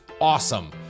awesome